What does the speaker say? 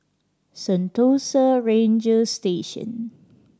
Sentosa Ranger Station